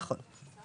נכון.